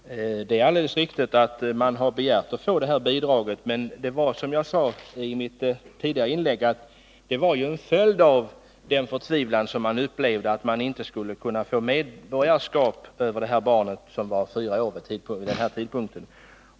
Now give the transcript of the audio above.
Herr talman! Det är alldeles riktigt att föräldrarna har begärt att få det här bidraget. Men det var ju, som jag sade i mitt tidigare inlägg, en följd av den förtvivlan de upplevde när barnet, som var fyra år vid denna tidpunkt, inte fick medborgarskap.